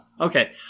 Okay